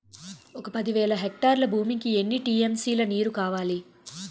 ఒక పది వేల హెక్టార్ల భూమికి ఎన్ని టీ.ఎం.సీ లో నీరు కావాలి?